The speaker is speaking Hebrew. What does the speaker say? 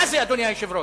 מה זה, אדוני היושב-ראש,